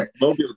Mobile